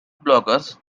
blockers